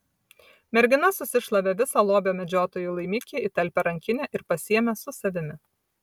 mergina susišlavė visą lobio medžiotojų laimikį į talpią rankinę ir pasiėmė su savimi